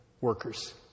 workers